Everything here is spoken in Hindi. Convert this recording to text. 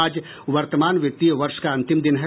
आज वर्तमान वित्तीय वर्ष का अंतिम दिन है